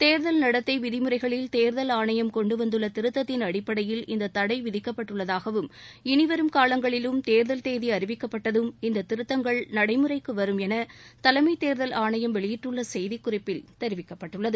தேர்தல் நடத்தை விதிமுறைகளில் தேர்தல் ஆணையம் கொண்டு வந்துள்ள திருத்தத்தின் அடிப்படையில் இந்த தடை விதிக்கப்பட்டுள்ளதாகவும் இனிவரும் காலங்களிலும் தேர்தல் தேதி அறிவிக்கப்பட்டதும் இந்த திருத்தங்கள் நடைமுறைக்குவரும் என தலைளம தேர்தல் ஆணையம் வெளியிட்டுள்ள செய்தி குறிப்பில் தெரிவிக்கப்பட்டுள்ளது